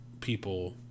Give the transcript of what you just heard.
people